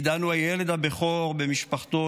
עידן הוא הילד הבכור במשפחתו,